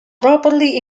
properly